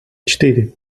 четыре